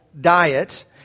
diet